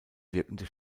wirkende